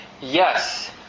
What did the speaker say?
yes